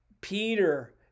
peter